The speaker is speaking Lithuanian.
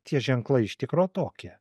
tie ženklai iš tikro tokie